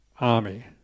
Army